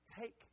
Take